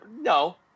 No